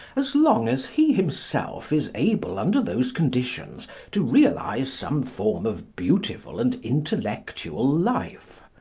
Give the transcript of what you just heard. as long as he himself is able under those conditions to realise some form of beautiful and intellectual life.